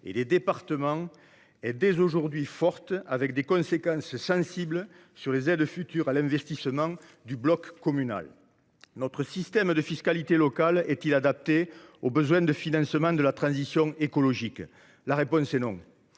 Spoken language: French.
et départements est dès aujourd’hui forte, avec des conséquences sensibles sur les aides futures à l’investissement du bloc communal. Notre système de fiscalité locale est il adapté aux besoins de financement de la transition écologique ? Non.